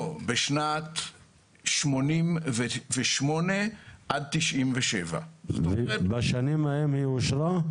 לא, בשנת 88 עד 97. בשנים ההן היא אושרה?